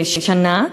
בשנה,